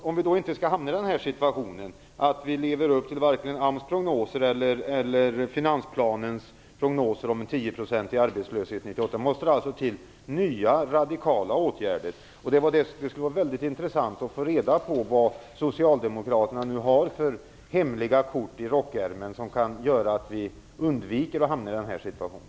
Om vi då inte skall hamna i en situation där vi varken lever upp till AMS prognoser eller finansplanens prognoser om en 10 procentig arbetslöshet 1998, måste det till nya radikala åtgärder. Det skulle vara intressant att få reda på vad socialdemokraterna har för hemliga kort i rockärmen, som kan göra att vi undviker att hamna i denna situation.